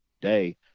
day